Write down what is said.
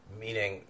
Meaning